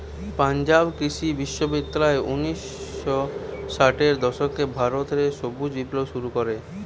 পাঞ্জাব কৃষি বিশ্ববিদ্যালয় উনিশ শ ষাটের দশকে ভারত রে সবুজ বিপ্লব শুরু করে